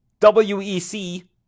WEC